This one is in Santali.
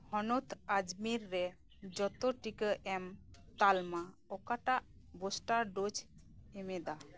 ᱦᱚᱱᱚᱛ ᱟᱡᱽᱢᱤᱨ ᱨᱮ ᱡᱚᱛᱚ ᱴᱤᱠᱟ ᱮᱢ ᱛᱟᱞᱢᱟ ᱚᱠᱟᱴᱟᱜ ᱵᱩᱥᱴᱟᱨ ᱰᱳᱡᱽ ᱮᱢᱮᱫᱟ